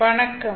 வணக்கம்